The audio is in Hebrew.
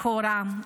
לכאורה,